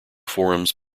forums